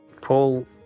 Paul